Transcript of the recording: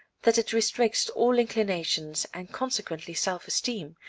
that it restricts all inclinations, and consequently self-esteem,